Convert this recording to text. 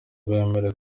bemerewe